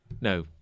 No